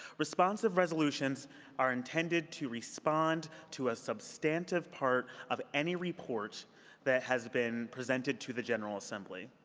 responsive resolutions are intended to respond to a substantive part of any report that has been presented to the general assembly.